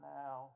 now